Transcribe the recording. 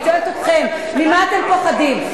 אני שואלת אתכם: ממה אתם פוחדים?